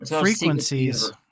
Frequencies